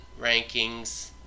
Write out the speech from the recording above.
rankings